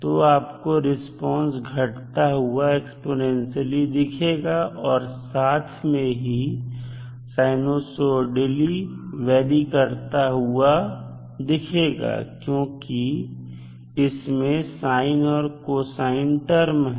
तो आपको रिस्पांस घटता हुआ एक्स्पोनेंशियलई दिखेगा और साथ में ही sinusoidally वेरी करता हुआ दिखेगा क्योंकि इसमें साइन और कोसाइन टर्म है